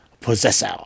Possessor